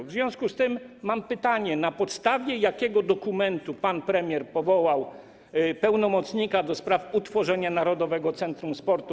W związku z tym mam pytanie: Na podstawie jakiego dokumentu pan premier powołał pełnomocnika ds. utworzenia Narodowego Centrum Sportu?